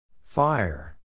Fire